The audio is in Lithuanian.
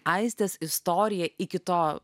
aistės istorija iki to